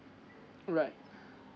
right